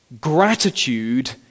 Gratitude